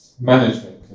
management